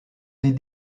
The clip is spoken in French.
des